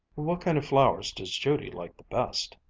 what kind of flowers does judy like the best?